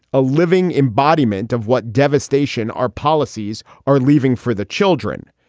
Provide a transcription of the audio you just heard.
a living embodiment of what devastation our policies are leaving for the children.